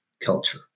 culture